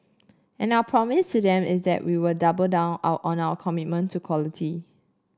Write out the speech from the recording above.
and our promise to them is that we will double down out on our commitment to quality